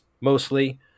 mostly